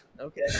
Okay